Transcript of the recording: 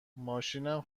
ماشینم